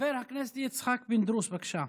חבר הכנסת יצחק פינדרוס, בבקשה.